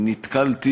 נתקלתי